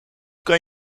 kan